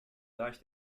das